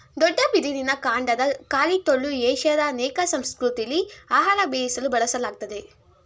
ದೊಡ್ಡ ಬಿದಿರಿನ ಕಾಂಡದ ಖಾಲಿ ಟೊಳ್ಳು ಏಷ್ಯಾದ ಅನೇಕ ಸಂಸ್ಕೃತಿಲಿ ಆಹಾರ ಬೇಯಿಸಲು ಬಳಸಲಾಗ್ತದೆ